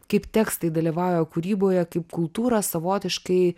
kaip tekstai dalyvauja kūryboje kaip kultūra savotiškai